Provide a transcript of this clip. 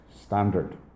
standard